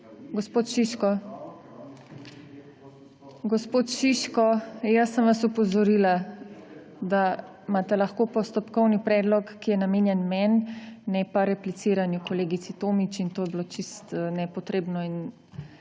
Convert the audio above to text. gospod Šiško! Jaz sem vas opozorila, da imate lahko postopkovni predlog, ki je namenjen meni, ne pa repliciranju kolegici Tomić. To je bilo čisto nepotrebno in